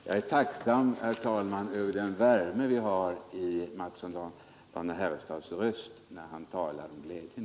Herr talman! Jag är tacksam över i varje fall värmen i herr Mattssons i Lane-Herrestad röst, när han talar om glädjen.